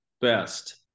best